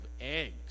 eggs